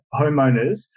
homeowners